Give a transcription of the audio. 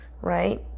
right